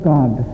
God